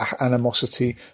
animosity